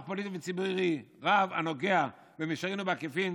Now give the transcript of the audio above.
פוליטי וציבורי רב הנוגע במישרין ובעקיפין"